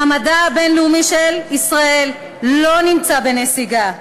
מעמדה הבין-לאומי של ישראל לא נמצא בנסיגה,